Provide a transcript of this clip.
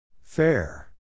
Fair